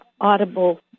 audible